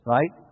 Right